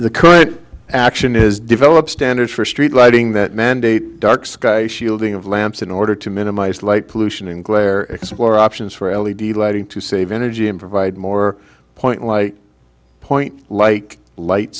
current action is develop standards for street lighting that mandate dark sky shielding of lamps in order to minimize light pollution and glare explore options for early d lighting to save energy and provide more point light point like light